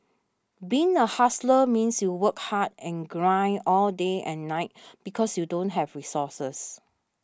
being a hustler means you work hard and grind all day and night because you don't have resources